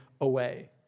away